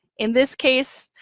in this case,